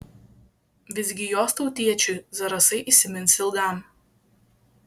visgi jos tautiečiui zarasai įsimins ilgam